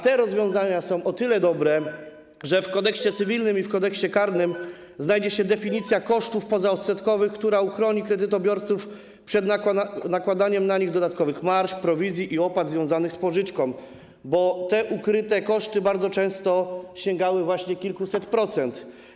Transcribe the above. Te rozwiązania są o tyle dobre, że w Kodeksie cywilnym i w Kodeksie karnym znajdzie się definicja kosztów pozaodsetkowych, która uchroni kredytobiorców przed nakładaniem na nich dodatkowych marż, prowizji i opłat związanych z pożyczką, bo te ukryte koszty bardzo często sięgały właśnie kilkuset procent.